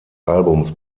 albums